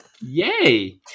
Yay